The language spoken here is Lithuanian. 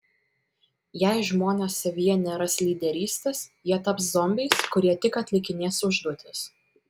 jei žmonės savyje neras lyderystės jie taps zombiais kurie tik atlikinės užduotis